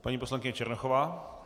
Paní poslankyně Černochová.